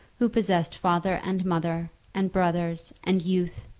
who possessed father and mother, and brothers, and youth,